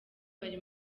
bari